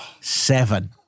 seven